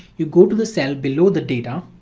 you go to the cell below the data,